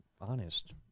honest